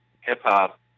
hip-hop